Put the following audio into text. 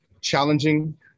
challenging